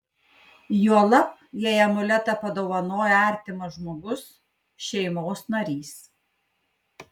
juolab jei amuletą padovanojo artimas žmogus šeimos narys